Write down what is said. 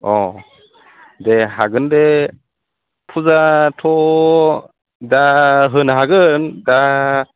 अ दे हागोन दे फुजाथ' दा होनो हागोन दा